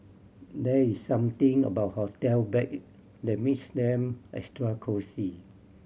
there is something about hotel bed that makes them extra cosy